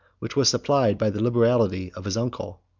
which was supplied by the liberality of his uncle.